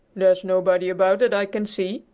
there's nobody about that i can see,